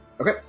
Okay